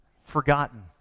forgotten